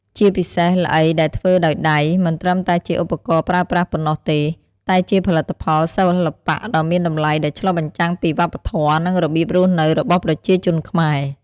ជាពិសេស ល្អីដែលធ្វើដោយដៃ មិនត្រឹមតែជាឧបករណ៍ប្រើប្រាស់ប៉ុណ្ណោះទេ តែជាផលិតផលសិល្បៈដ៏មានតម្លៃដែលឆ្លុះបញ្ចាំងពីវប្បធម៌ និងរបៀបរស់នៅរបស់ប្រជាជនខ្មែរ។